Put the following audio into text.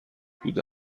بوده